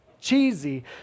cheesy